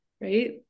right